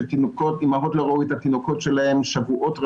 שאימהות לא ראו את התינוקות שלהן שבועות רבים.